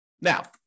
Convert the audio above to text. Now